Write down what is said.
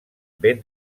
ben